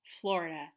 Florida